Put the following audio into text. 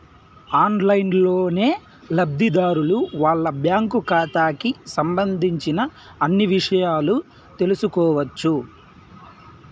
ఆన్లైన్లోనే లబ్ధిదారులు వాళ్ళ బ్యాంకు ఖాతాకి సంబంధించిన అన్ని ఇషయాలు తెలుసుకోవచ్చు